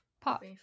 pop